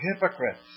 hypocrites